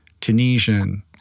Tunisian